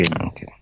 Okay